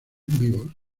vivos